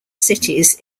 cities